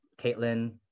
Caitlin